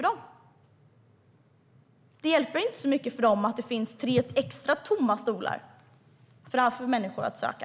Det hjälper inte dem så mycket att det finns tre extra tomma stolar i fråga om utbildning för människor att söka.